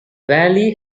valley